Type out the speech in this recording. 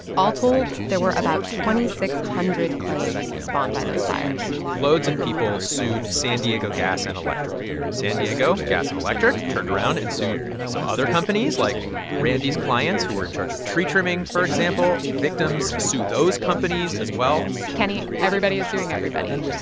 all told, there were about two thousand six hundred claims spawned by those fires loads of people sued san diego gas and electric. san diego gas and electric turned around and sued some other companies, like randy's clients, who were in charge of tree trimming, for example. victims sued those companies as well kenny, everybody's suing everybody.